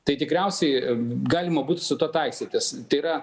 tai tikriausiai galima būtų su tuo taikstytis tai yra